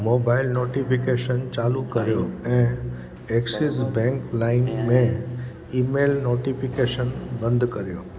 mobile notification चालू कयो ऐं एक्सिस बैंक लाइम में ईमेल नोटिफिकेशन बंदि कयो